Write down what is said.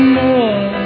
more